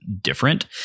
different